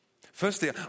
Firstly